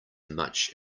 much